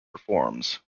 reforms